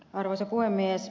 arvoisa puhemies